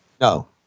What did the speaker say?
No